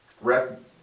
rep